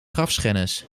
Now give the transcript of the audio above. grafschennis